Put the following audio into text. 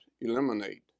eliminate